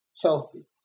healthy